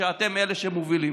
שאתם אלה שמובילים,